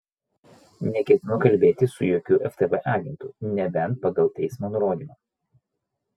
neketinu kalbėtis su jokiu ftb agentu nebent pagal teismo nurodymą